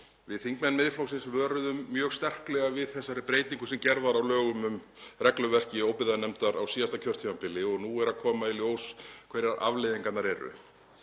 Við þingmenn Miðflokksins vöruðum mjög sterklega við þeirri breytingu sem gerð var á lögum um regluverk óbyggðanefndar á síðasta kjörtímabili og nú er að koma í ljós hverjar afleiðingarnar eru.